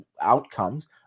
outcomes